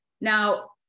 now